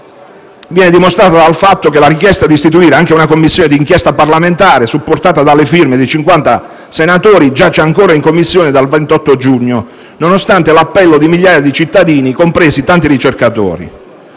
viene dimostrata dal fatto che la richiesta di istituire una Commissione d'inchiesta parlamentare, supportata dalle firme di 50 senatori, giace ancora in Commissione dal 28 giugno, nonostante l'appello di migliaia di cittadini, compresi numerosi ricercatori.